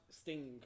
sting